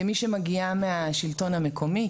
כמי שמגיעה מהשלטון המקומי,